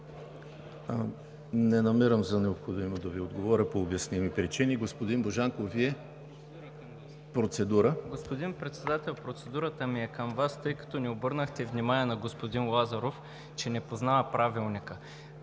Не намирам за необходимо да Ви отговоря по обясними причини. Господин Божанков, Вие? Процедура. ЯВОР БОЖАНКОВ (БСП за България): Господин Председател, процедурата ми е към Вас, тъй като не обърнахте внимание на господин Лазаров, че не познава Правилника.